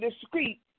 discreet